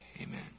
Amen